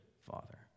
father